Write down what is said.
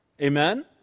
Amen